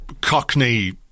cockney